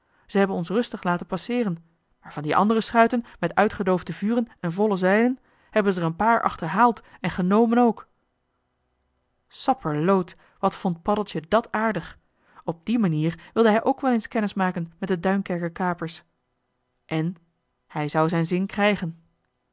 ze hebben ons rustig laten passeeren maar van die andere schuiten met uitgedoofde vuren en volle zeilen hebben ze er een paar achterhaald en genomen ook sapperloot wat vond paddeltje dat aardig op die manier wilde hij ook wel eens kennis maken met de duinkerker kapers en hij zou zijn zin krijgen